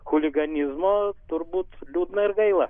chuliganizmo turbūt liūdna ir gaila